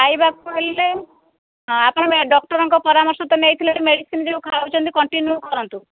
ଖାଇବା କହିଲେ ଆପଣ ଡକ୍ଟରଙ୍କ ପରାମର୍ଶ ତ ନେଇଥିଲେ ମେଡ଼ିସିନ ଯୋଉଁ ଖାଉଛନ୍ତି କଣ୍ଟିନିଉ କରନ୍ତୁ